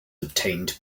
obtained